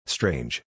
Strange